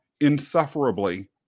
insufferably